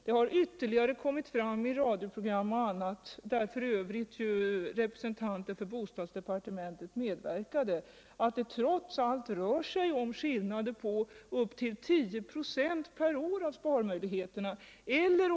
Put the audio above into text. Det har ytterligare kommit fram i radioprogram m.m., där f.ö. statssekreteraren i bostadsdepartementet medverkade, att det totalt rör sig om skillnader på upp till 10 24 per år av sparmöjligheterna eller.